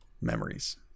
memories